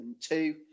two